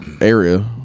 area